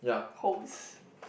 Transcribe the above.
holes